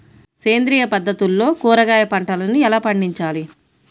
సేంద్రియ పద్ధతుల్లో కూరగాయ పంటలను ఎలా పండించాలి?